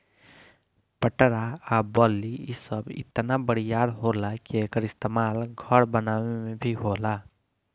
पटरा आ बल्ली इ सब इतना बरियार होला कि एकर इस्तमाल घर बनावे मे भी होला